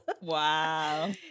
wow